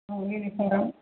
ಹ್ಞೂ ಯುನಿಫಾರಮ್